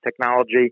technology